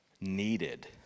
needed